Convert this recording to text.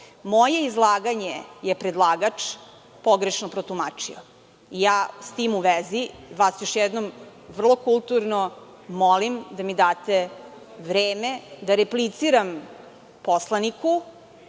izlaganje je predlagač pogrešno protumačio. Ja s tim u vezi, vas još jednom vrlo kulturno molim da mi date vreme da repliciram poslaniku,